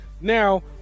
Now